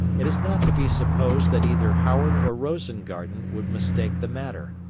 it is not to be supposed that either howard or rosengarten would mistake the matter.